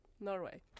Norway